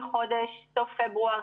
מסוף פברואר,